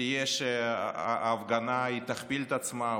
תהיה שההפגנה תכפיל את עצמה,